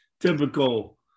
typical